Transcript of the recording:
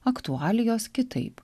aktualijos kitaip